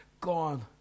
gone